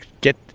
get